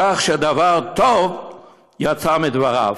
כך שדבר טוב יצא מדבריו.